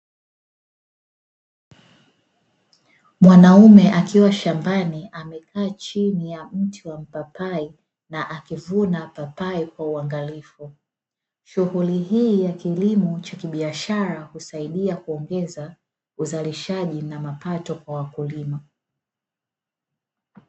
Mwanaume akiwa shambani amekaa chini ya mti wa mpapai na akivuna papai kwa uangalifu, shughuli hii ya kilimo cha kibiashara husaidia kuongeza uzalishaji na mapato kwa wakulima.